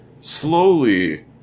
Slowly